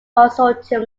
consortium